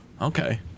okay